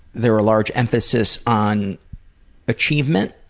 there a large emphasis on achievement?